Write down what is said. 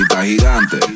gigante